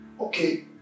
okay